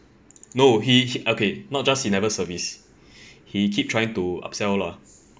no he okay not just he never service he keep trying to up sell lah